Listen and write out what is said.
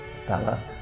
fella